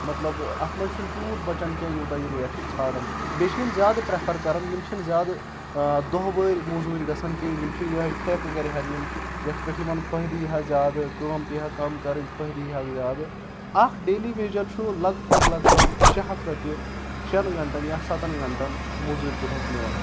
مطلب اَتھ منٛز چھُنہٕ تیوٗت بَچَن کینٛہہ یوٗتاہ یہِ ریٹ چھِ ژھانڑان بیٚیہِ چھِ یِم زیادٕ پرٛیفَر کَرَان یِم چھِنہٕ زیادٕ دۄہ وٲرۍ موزوٗرۍ گژھان کینٛہہ یِم چھِ یِہٕے ٹھیکہٕ کَرِہن یِم یَتھ پؠٹھ یِمَن فٲہِدٕے ہا زیادٕ کٲم پیہا کَم کَرٕنۍ فٲہِدٕے ہاکھ زیادٕ اکھ ڈیلی ویجَر چھُ لگ بگ لگ بگ شیےٚ ہَتھ رۄپیہِ شیٚن گنٛٹَن یا سَتَن گَنٹَن موزوٗرۍ دۄہَس نِوان